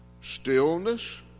Stillness